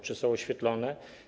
Czy są oświetlone?